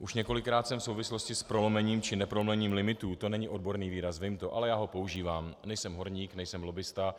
Už několikrát jsem v souvislosti s prolomením či neprolomením limitů to není odborný výraz, vím to, ale já ho používám, nejsem horník, nejsem lobbista,